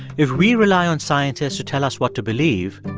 if we rely on scientists to tell us what to believe,